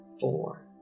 four